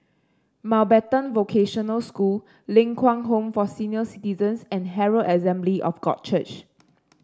Mountbatten Vocational School Ling Kwang Home for Senior Citizens and Herald Assembly of God Church